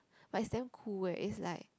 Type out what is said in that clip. but it's damn cool eh it's like